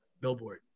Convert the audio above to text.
Billboard